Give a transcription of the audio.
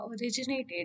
originated